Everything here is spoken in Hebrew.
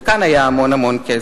וכאן היה המון המון כסף.